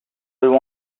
will